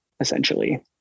Essentially